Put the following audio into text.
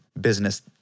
business